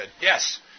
Yes